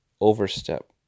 overstep